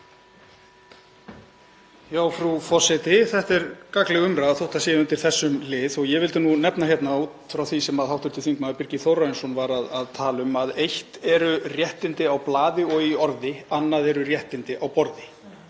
Frú forseti. Þetta er gagnleg umræða þótt hún sé undir þessum lið. Ég vildi nefna hérna, út frá því sem hv. þm. Birgir Þórarinsson var að tala um, að eitt eru réttindi á blaði og í orði, annað eru réttindi á borði.